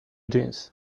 jeans